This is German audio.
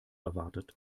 erwartet